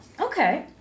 Okay